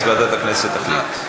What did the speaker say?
ועדת הכנסת תחליט.